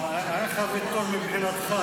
איך ויתור מבחינתך?